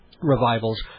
revivals